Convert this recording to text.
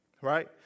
right